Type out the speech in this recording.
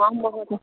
आं महोदय